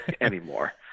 anymore